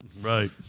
Right